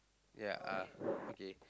ya uh okay